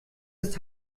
ist